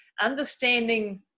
understanding